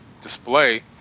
display